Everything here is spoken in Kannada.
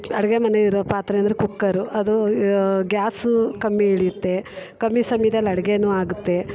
ಅಡುಗೆ ಮನೆ ಇರೋ ಪಾತ್ರೆ ಅಂದರೆ ಕುಕ್ಕರು ಅದು ಗ್ಯಾಸು ಕಮ್ಮಿ ಹಿಡಿಯುತ್ತೆ ಕಮ್ಮಿ ಸಮಯದಲ್ಲಿ ಅಡುಗೆನೂ ಆಗುತ್ತೆ